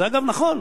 זה, אגב, נכון,